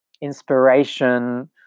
inspiration